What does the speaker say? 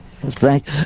thank